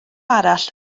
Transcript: arall